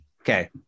Okay